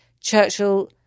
Churchill